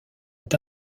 est